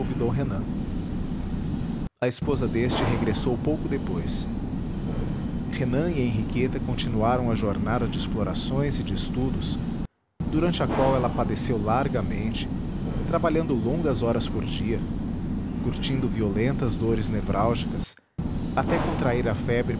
convidou renan a esposa deste regressou pouco depois renan e henriqueta continuaram a jornada de explorações e de estudos durante a qual ela padeceu largamente trabalhando longas horas por dia curtindo violentas dores nevrálgicas até contrair a febre